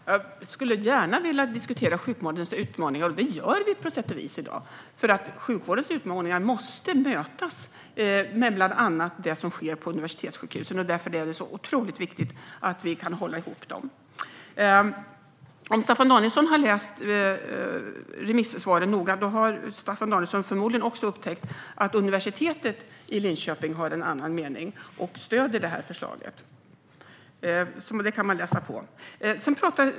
Herr talman! Jag skulle gärna diskutera sjukvårdens utmaningar. Och det gör vi på sätt och vis i dag. Sjukvårdens utmaningar måste nämligen mötas med bland annat det som sker på universitetssjukhusen. Därför är det otroligt viktigt att vi kan hålla ihop dem. Om Staffan Danielsson har läst remissvaren noga har han förmodligen också upptäckt att universitetet i Linköping har en annan mening. Man stöder förslaget. Det kan man läsa på om.